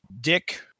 Dick